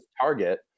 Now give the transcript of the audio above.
target